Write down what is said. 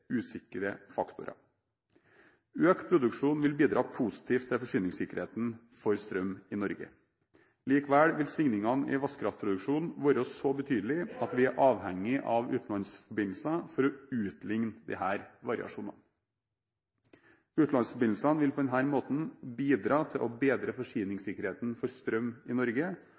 usikre faktorer. Økt produksjon vil bidra positivt til forsyningssikkerheten for strøm i Norge. Likevel vil svingningene i vannkraftproduksjonen være så betydelige at vi er avhengige av utenlandsforbindelser for å utlikne disse variasjonene. Utenlandsforbindelsene vil på denne måten bidra til å bedre forsyningssikkerheten for strøm i Norge